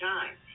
Time